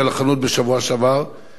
והחל טיפול ראשוני בעובדים,